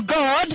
God